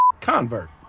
convert